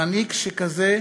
מנהיג שכזה,